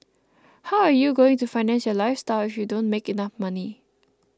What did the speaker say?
how are you going to finance your lifestyle if you don't make enough money